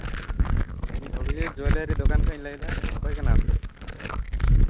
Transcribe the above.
ᱤᱧ ᱡᱩᱭᱮᱞᱟᱨᱤ ᱫᱚᱠᱟᱱ ᱠᱷᱚᱡ ᱤᱧ ᱞᱟᱹᱭᱫᱟ ᱚᱠᱚᱭ ᱠᱟᱱᱟᱢ